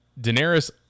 Daenerys